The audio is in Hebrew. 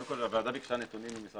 קודם כל הוועדה ביקשה נתונים ממשרד